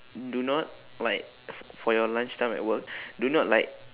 do not like f~ for your lunch time at work do not like